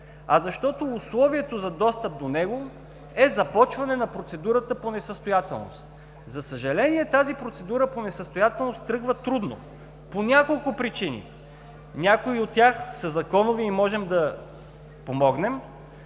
а защото условието за достъп до него е започване на процедурата по несъстоятелност. За съжаление, тази процедура по несъстоятелност тръгва трудно по няколко причини. Някои от тях са законови и можем да помогнем,